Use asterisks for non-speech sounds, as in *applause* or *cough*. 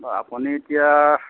*unintelligible* আপুনি এতিয়া